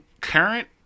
current